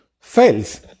fails